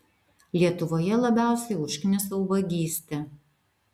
lietuvoje labiausiai užknisa ubagystė